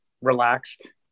relaxed